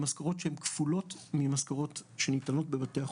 משכורות כפולות מהמשכורות שניתנות בבתי החולים.